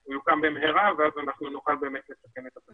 שהוא יוקם במהרה ואז נוכל לתקן את התקנות.